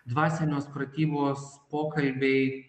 dvasinios pratybos pokalbiai